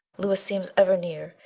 louis seems ever near,